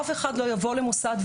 אף אחד לא יגיד למוסד: